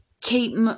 keep